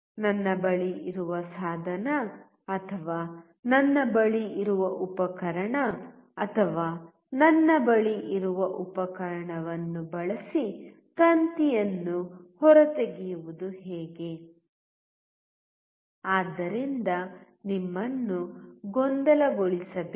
ನನ್ನ ಬಳಿ ಇರುವ ಸಾಧನ ಅಥವಾ ನನ್ನ ಬಳಿ ಇರುವ ಉಪಕರಣ ಅಥವಾ ನನ್ನ ಬಳಿ ಇರುವ ಉಪಕರಣವನ್ನು ಬಳಸಿ ತಂತಿಯನ್ನು ಹೊರತೆಗೆಯುವುದು ಹೇಗೆ ಆದ್ದರಿಂದ ನಿಮ್ಮನ್ನು ಗೊಂದಲಗೊಳಿಸಬೇಡಿ